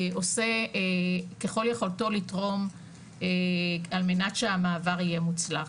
עושה ככל יכולתו לתרום, על מנת שהמעבר יהיה מוצלח.